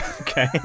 Okay